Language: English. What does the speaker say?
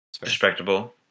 Respectable